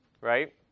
right